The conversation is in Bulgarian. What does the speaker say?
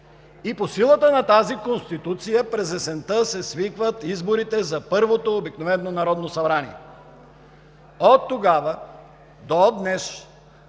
и по силата на тази Конституция през есента се свикват изборите за Първото обикновено народно събрание. От тогава до днес